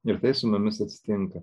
ir tai su mumis atsitinka